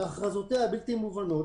בהכרזותיה הבלתי מובנות,